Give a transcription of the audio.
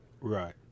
right